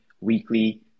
weekly